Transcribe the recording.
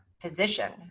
position